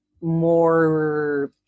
more